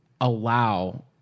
allow